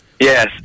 Yes